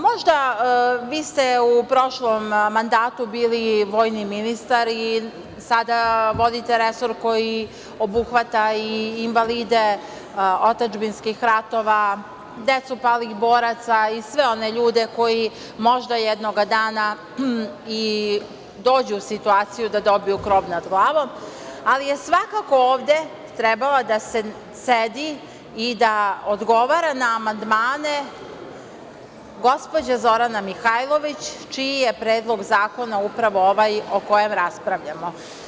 Možda, vi ste u prošlom mandatu, bili vojni ministar i sada vodite resor koji obuhvata i invalide otadžbinskih ratova, decu palih boraca i sve one ljude koji možda jednog dana i dođu u situaciju da dobiju krov nad glavom, ali je svakako ovde trebalo da sedi i da odgovara na amandmane gospođa Zorana Mihajlović, čije je Predlog zakona upravo ovaj o kojem raspravljamo.